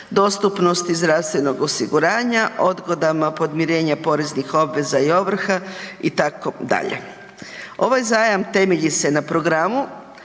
dostupnosti zdravstvenog osiguranja, odgodama podmirenja poreznih obveza i ovrha itd. Ova zajam temelji se na programu